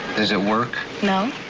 does it work? no.